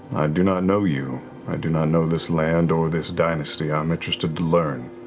do not know you, i do not know this land or this dynasty. i'm interested to learn.